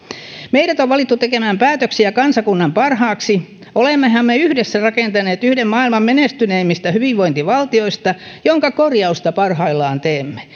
meidät on valittu tekemään päätöksiä kansakunnan parhaaksi olemmehan me yhdessä rakentaneet yhden maailman menestyneimmistä hyvinvointivaltioista jonka korjausta parhaillaan teemme